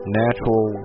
natural